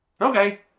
Okay